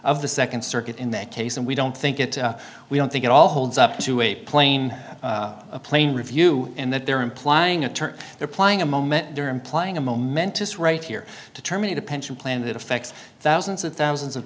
of the nd circuit in that case and we don't think it we don't think it all holds up to a plane a plane review and that they're implying a turn they're playing a moment during playing a momentous right here to terminate a pension plan that affects thousands of thousands of